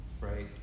right